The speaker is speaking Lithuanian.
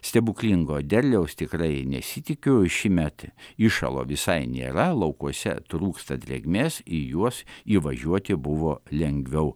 stebuklingo derliaus tikrai nesitikiu šįmet įšalo visai nėra laukuose trūksta drėgmės į juos įvažiuoti buvo lengviau